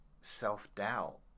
self-doubt